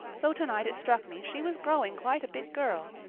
though tonight it struck me she was growing quite a big girl.